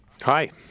Hi